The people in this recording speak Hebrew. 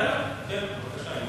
כן, בבקשה.